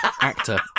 actor